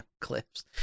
clips